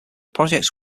projects